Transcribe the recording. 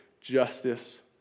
justice